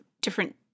different